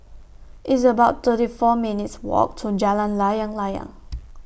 It's about thirty four minutes' Walk to Jalan Layang Layang